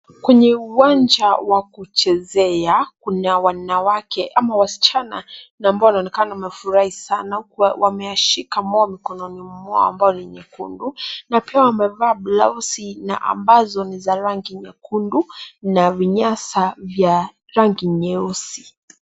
Kwenye uwanja wa kuchezea, kuna wanawake ama wasichana ambao wanaonekana wamefurahi sana na wameeashika moo kwenye mikononi mwao ambayo ni nyekundu na pia wamevaa blausi ambazo ni za rangi nyekundu na vinyasa vya rangi nyeusi.